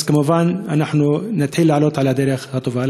אז כמובן אנחנו נתחיל לעלות על הדרך הטובה.